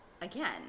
again